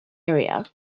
area